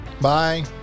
Bye